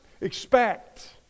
expect